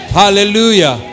hallelujah